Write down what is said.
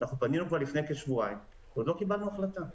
פנינו כבר לפני כשבועיים ועוד לא קיבלנו החלטה.